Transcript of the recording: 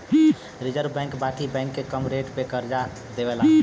reserve Bank बाकी bank के कम रेट पे करजा देवेला